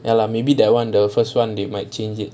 ya lah maybe that [one] the first [one] they might change it